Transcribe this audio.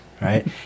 right